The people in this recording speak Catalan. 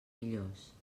millors